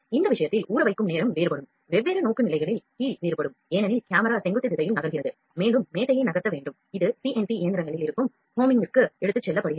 இந்த விஷயத்தில் ஊறவைக்கும் நேரம் வேறுபடும் வெவ்வேறு நோக்குநிலைகளின் கீழ் வேறுபடும் ஏனெனில் கேமரா செங்குத்து திசையில் நகர்கிறது மேலும் மேசையை நகர்த்த வேண்டும் இது சிஎன்சி இயந்திரங்களில் இருக்கும் ஹோமிங்கிற்கு எடுத்துச் செல்லப்படுகிறது